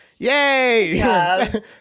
Yay